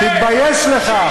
תתביישו לכם.